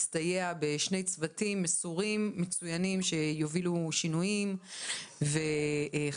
נוכל ככה להסתייע בשני צוותים מסורים ומצוינים שיובילו שינויים וחקיקה,